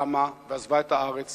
קמה ועזבה את הארץ